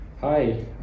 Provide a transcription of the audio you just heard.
hi